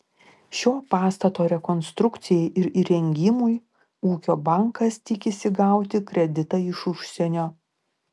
šio pastato rekonstrukcijai ir įrengimui ūkio bankas tikisi gauti kreditą iš užsienio